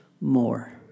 more